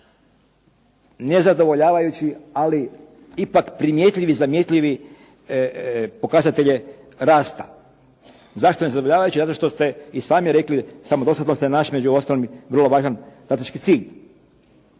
nezadovoljavajući ali ipak primjetljivi i zamjetljivi pokazatelji rasta. Zašto nezadovoljavajući? Zato što ste i sami rekli samodostatnost je naš među ostalim vrlo važan taktički cilj.